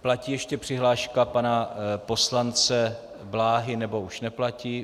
Platí ještě přihláška pana poslance Bláhy, nebo už neplatí?